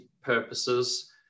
purposes